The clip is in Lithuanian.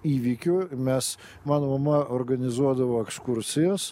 įvykių mes mano mama organizuodavo ekskursijas